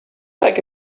like